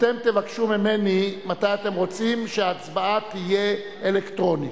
אתם תבקשו ממני מתי אתם רוצים שההצבעה תהיה אלקטרונית.